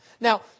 Now